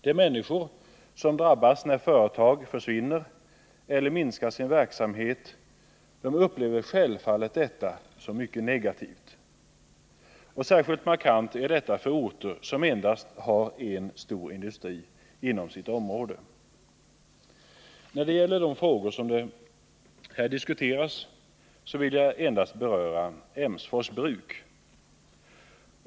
De människor som drabbas när företag försvinner eller minskar sin verksamhet upplever detta självfallet som mycket negativt. Särskilt markant är detta för orter som har endast en stor industri inom sitt område. När det gäller de frågor som här diskuteras vill jag beröra endast Emsfors bruk.